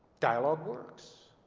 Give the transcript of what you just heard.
dialogue works.